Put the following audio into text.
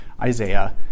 Isaiah